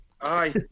Aye